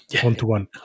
one-to-one